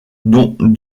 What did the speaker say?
dont